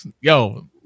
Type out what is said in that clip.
yo